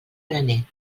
graner